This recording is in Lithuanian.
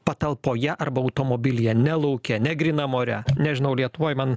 patalpoje arba automobilyje ne lauke ne grynam ore nežinau lietuvoj man